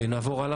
תחזור אחורה,